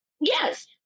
Yes